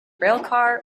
railcar